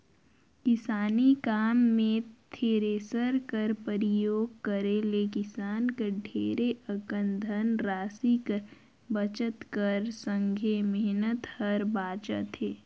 किसानी काम मे थेरेसर कर परियोग करे ले किसान कर ढेरे अकन धन रासि कर बचत कर संघे मेहनत हर बाचथे